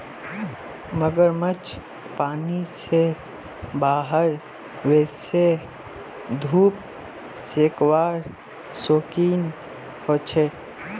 मगरमच्छ पानी से बाहर वोसे धुप सेकवार शौक़ीन होचे